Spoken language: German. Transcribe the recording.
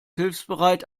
hilfsbereit